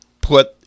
put